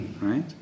Right